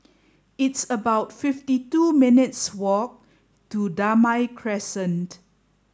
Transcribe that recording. it's about fifty two minutes' walk to Damai Crescent